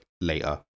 later